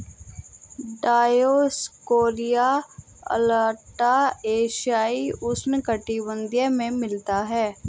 Dioscorea alata एशियाई उष्णकटिबंधीय में मिलता है